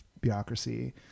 bureaucracy